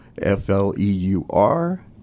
F-L-E-U-R